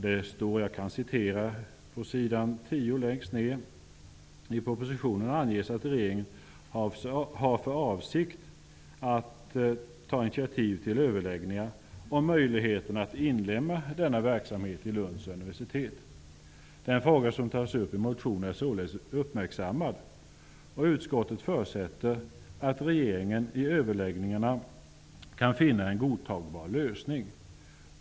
På s. 10 längst ner skriver utskottet: ''I propositionen anges att regeringen har för avsikt att ta initiativ till överläggningar om möjligheterna att inlemma denna verksamhet i Lunds universitet. Den fråga som tas upp i motionerna är således uppmärksammad och utskottet förutsätter att regeringen i överläggningarna kan finna en godtagbar lösning.